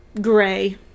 gray